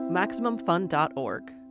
MaximumFun.org